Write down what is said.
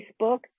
Facebook